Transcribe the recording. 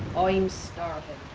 i'm starving.